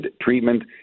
treatment